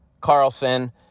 Carlson